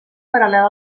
paral·lel